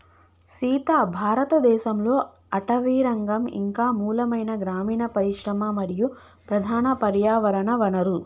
సీత భారతదేసంలో అటవీరంగం ఇంక మూలమైన గ్రామీన పరిశ్రమ మరియు ప్రధాన పర్యావరణ వనరు